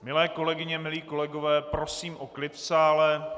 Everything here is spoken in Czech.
Milé kolegyně, milí kolegové, prosím o klid v sále!